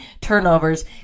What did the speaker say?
turnovers